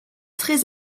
très